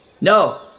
No